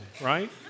right